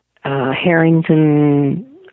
Harrington